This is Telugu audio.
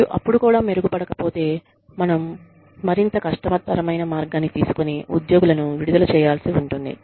మరియు అప్పుడు కూడా మెరుగుపడకపోతే మనం మరింత కష్టతరమైన మార్గాన్ని తీసుకొని ఉద్యోగులను విడుదల చేయాల్సి ఉంటుంది